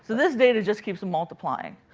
this data just keeps multiplying.